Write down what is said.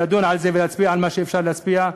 לדון על זה ולהצביע על מה שאפשר להצביע,